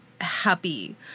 happy